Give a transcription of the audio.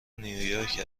نیویورک